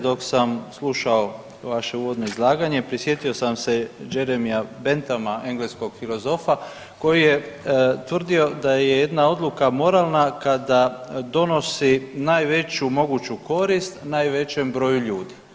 Dok sam slušao vaše uvodno izlaganje prisjetio sam se Jeremya Benthama, engleskog filozofa koji je tvrdio da je jedna odluka moralna kada donosi najveću moguću korist najvećem broju ljudi.